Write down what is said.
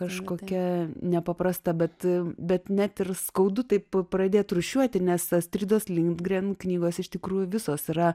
kažkokia nepaprasta bet bet net ir skaudu taip pradėt rūšiuoti nes astridos lindgren knygos iš tikrųjų visos yra